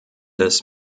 des